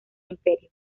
imperio